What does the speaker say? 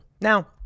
Now